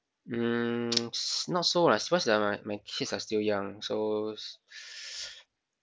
mm s~ not so lah because like my my kids are still young so